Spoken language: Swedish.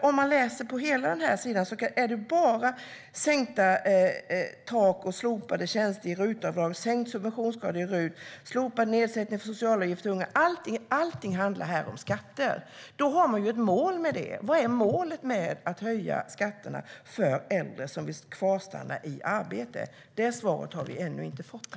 Om man läser vidare på hemsidan ser man att det bara handlar om sänkta tak, slopade tjänster i RUT-avdraget, sänkt subventionsgrad i RUT, slopad nedsättning av socialavgifter för unga - allting här handlar om skatter, och då har man ju ett mål med det. Vad är målet med att höja skatterna för äldre som vill fortsätta arbeta? Det svaret har vi ännu inte fått här.